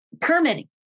permitting